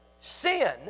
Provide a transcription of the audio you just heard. Sin